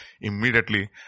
Immediately